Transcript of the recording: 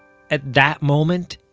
at that moment,